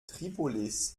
tripolis